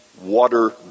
water